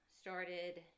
started